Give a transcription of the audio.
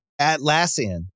Atlassian